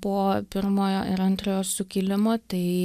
po pirmojo ir antrojo sukilimo tai